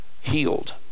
healed